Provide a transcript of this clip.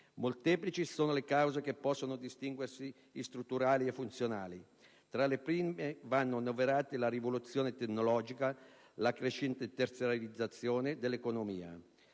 Molteplici ne sono le cause, e possono distinguersi in strutturali e funzionali. Tra le prime, vanno annoverate la rivoluzione tecnologica, la crescente terziarizzazione dell'economia,